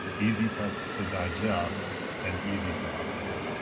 easy to to digest, and easy to update.